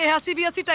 and receive us?